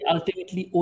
Ultimately